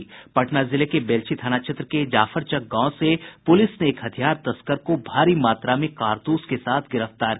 पटना जिले के बेलछी थाना क्षेत्र के जाफरचक गांव से पुलिस ने एक हथियार तस्कर को भारी मात्रा में कारतूस के साथ गिरफ्तार किया है